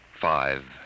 Five